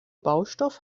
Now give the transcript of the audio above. baustoff